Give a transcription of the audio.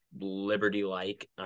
liberty-like